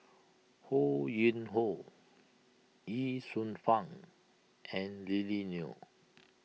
Ho Yuen Hoe Ye Shufang and Lily Neo